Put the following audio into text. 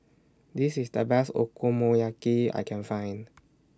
This IS The Best Okonomiyaki I Can Find